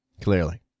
clearly